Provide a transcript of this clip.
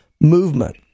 movement